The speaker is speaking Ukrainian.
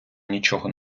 нічого